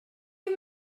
you